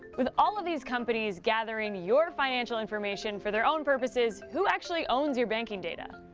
with all of these companies gathering your financial information for their own purposes. who actually owns your banking data?